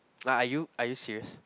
like are you are you serious